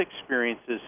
experiences